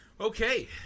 okay